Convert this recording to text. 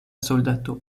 soldato